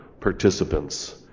participants